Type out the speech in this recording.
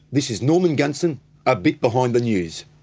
this is norman gunston a bit behind the news.